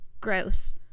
gross